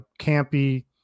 campy